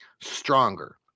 stronger